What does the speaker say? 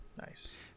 Nice